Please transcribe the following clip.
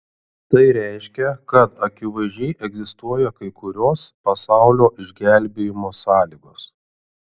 tai reiškia kad akivaizdžiai egzistuoja kai kurios pasaulio išgelbėjimo sąlygos